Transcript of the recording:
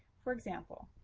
for example,